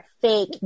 fake